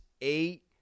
eight